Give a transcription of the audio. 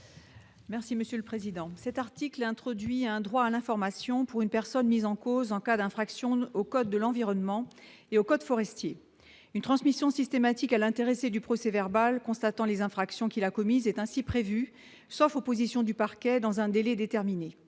Merci monsieur le président, cet article introduit un droit à l'information pour une personne mise en cause en cas d'infraction au code de l'environnement et au code forestier une transmission systématique à l'intéressé du procès-verbal constatant les infractions qu'il a commise est ainsi prévu sauf opposition du parquet dans un délai déterminé